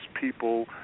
people